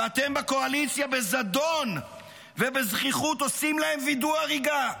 ואתם בקואליציה בזדון ובזחיחות עושים להם וידוא הריגה.